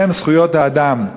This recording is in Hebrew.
בשם זכויות האדם.